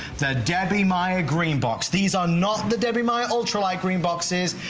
the debbie meyer greenboxes. these are not the debbie meyer ultralight greenboxes,